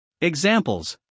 Examples